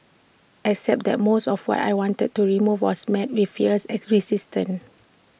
except that most of what I wanted to remove was met with fierce at resistance